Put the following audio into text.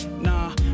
Nah